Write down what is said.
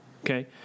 Okay